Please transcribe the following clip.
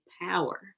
power